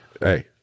hey